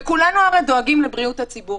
וכולנו הרי דואגים לבריאות הציבור,